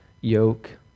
yoke